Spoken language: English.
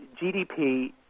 GDP